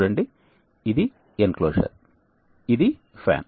చూడండి ఇది ఎన్క్లోజర్ ఇది ఫ్యాన్